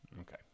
Okay